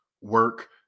work